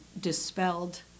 dispelled